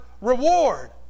reward